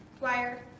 wire